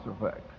effect